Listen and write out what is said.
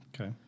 Okay